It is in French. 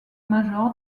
major